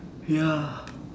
ya